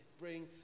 bring